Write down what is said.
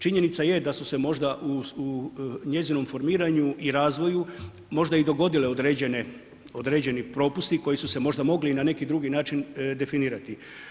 Činjenica je da su se možda u, u njezinom formiranju i razvoju možda i dogodile određene, određeni propusti koji su se možda mogli i na neki drugi način definirati.